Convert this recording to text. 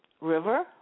River